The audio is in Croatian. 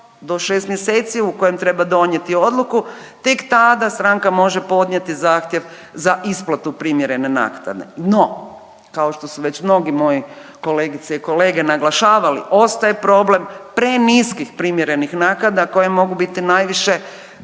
do šest mjeseci u kojem treba donijeti odluku tek tada stranka može podnijeti zahtjev za isplatu primjerene naknade. No, kao što su već mnogi moji kolegice i kolege već naglašavali, ostaje problem preniskih primjernih naknada koje mogu biti najviše